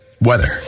weather